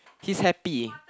he's happy